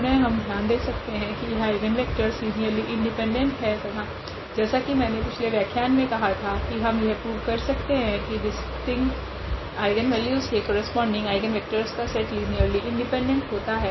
पुनः हम ध्यान दे सकते है की यह आइगनवेक्टरस लीनियरली इंडिपेंडेंट है तथा जैसा की मैंने पिछले व्याख्यान मे कहा था की हम यह प्रूव कर सकते है की डिस्टिंट आइगनवेल्यूस के करस्पोंडिंग आइगनवेक्टरस का सेट लीनियरली इंडिपेंडेंट होता है